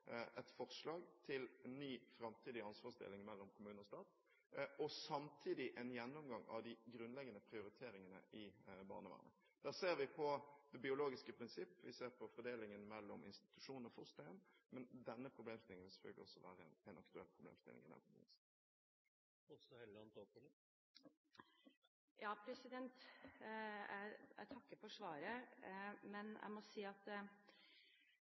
et forslag til ny framtidig ansvarsdeling mellom kommune og stat og samtidig en gjennomgang av de grunnleggende prioriteringene i barnevernet. Der ser vi på det biologiske prinsipp, og vi ser på fordelingen mellom institusjon og fosterhjem. Men denne problemstillingen vil selvfølgelig også være aktuell i den forbindelse. Jeg takker for svaret. Men jeg må si at